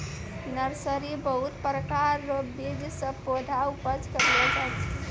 nursery बहुत प्रकार रो बीज से पौधा उपज करलो जाय छै